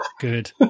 Good